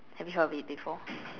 have you heard of it before